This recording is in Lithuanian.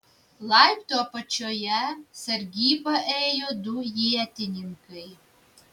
laiptų apačioje sargybą ėjo du ietininkai